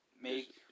make